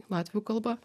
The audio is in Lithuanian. latvių kalba